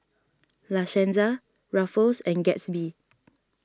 La Senza Ruffles and Gatsby